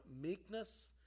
meekness